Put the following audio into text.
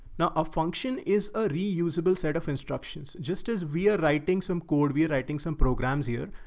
now a function is a reusable set of instructions. just as rewriting some code we're writing some programs here,